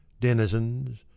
Denizens